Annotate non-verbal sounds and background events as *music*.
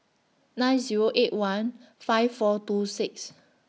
*noise* nine Zero eight one five four two six